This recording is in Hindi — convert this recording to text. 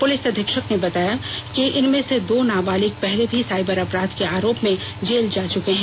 पुलिस अधीक्षक ने बताया कि इनमें से दो नाबालिग पहले भी साइबर अपराध के आरोप में जेल जा चुके हैं